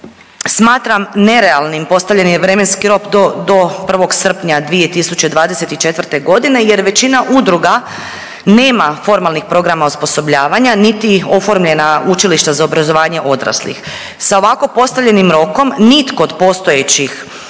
smatram nerealnim postavljen je vremenski rok do 1. srpnja 2024. godine jer većina udruga nema formalnih programa osposobljavanja niti oformljena učilišta za obrazovanje odraslih. Sa ovako postavljenim rokom nitko od postojećih